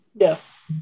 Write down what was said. Yes